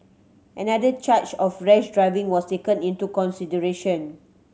another charge of rash driving was taken into consideration